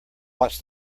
watch